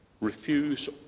Refuse